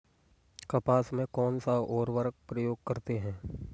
कपास में कौनसा उर्वरक प्रयोग करते हैं?